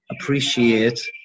appreciate